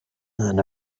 that